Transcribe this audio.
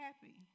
happy